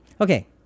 Okay